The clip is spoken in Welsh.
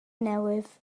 newydd